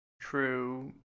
true